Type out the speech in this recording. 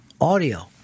audio